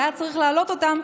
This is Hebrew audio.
והיה צריך להעלות אותם,